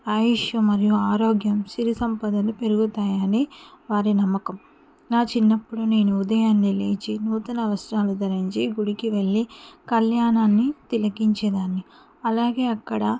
ఆయుష్షు మరియు ఆరోగ్యం సిరిసంపదలు పెరుగుతాయని వారి నమ్మకం నా చిన్నప్పుడు నేను ఉదయాన్నే లేచి నూతన వస్త్రాలు ధరించి గుడికి వెళ్ళి కళ్యాణాన్ని తిలికించేదాన్ని అలాగే అక్కడ